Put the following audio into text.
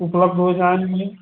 उपलब्ध हो जाएँगे